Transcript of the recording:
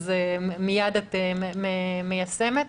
מייד את מיישמת.